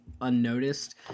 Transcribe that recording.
unnoticed